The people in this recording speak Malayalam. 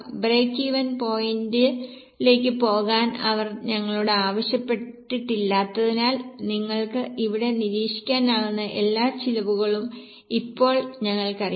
ബ്രേക്ക്ഈവൻ പോയിന്റിലേക്ക് പോകാൻ അവർ ഞങ്ങളോട് ആവശ്യപ്പെട്ടിട്ടില്ലാത്തതിനാൽ നിങ്ങൾക്ക് ഇവിടെ നിരീക്ഷിക്കാനാകുന്ന എല്ലാ ചിലവുകളും ഇപ്പോൾ ഞങ്ങൾക്കറിയാം